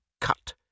cut